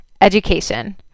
education